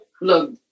Look